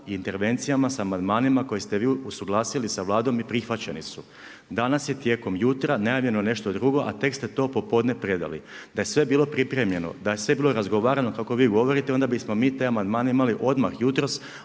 i intervencijama sa amandmanima koji ste vi usuglasili sa Vladom i prihvaćeni su. Danas je tijekom jutra najavljeno nešto drugo, a tek ste to popodne predali. Da je sve bilo pripremljeno, da je sve bilo razgovarno kako vi govorite, onda bismo mi te amandmane imali odmah jutros,